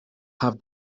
have